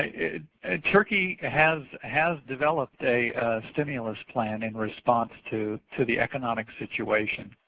ah ah turkey has has developed a stimulus plan in response to to the economic situation.